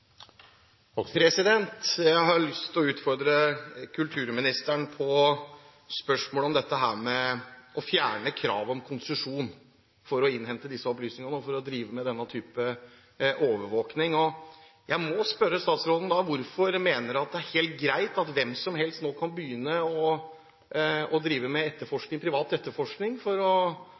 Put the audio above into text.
Jeg har lyst til å utfordre kulturministeren på spørsmålet om det med å fjerne kravet om konsesjon for å innhente disse opplysningene og for å drive med denne typen overvåking. Jeg må spørre statsråden hvorfor hun mener at det er helt greit at hvem som helst nå kan begynne å drive privat etterforskning for på den måten å